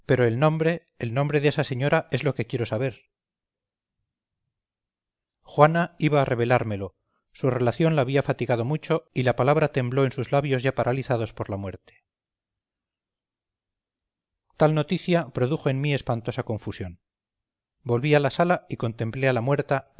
pero el nombre el nombre de esa señora es lo que quiero saber juana iba a revelármelo su relación la había fatigado mucho y la palabra tembló en sus labios ya paralizados por la muerte tal noticia produjo en mí espantosa confusión volví a la sala y contemplé a la muerta